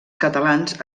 catalans